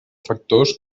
factors